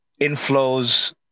inflows